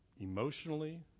emotionally